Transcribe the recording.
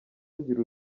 agira